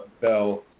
Bell